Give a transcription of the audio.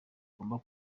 ngomba